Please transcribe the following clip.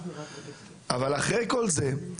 אחרי כל זה,